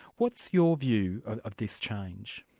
what's your view of this change?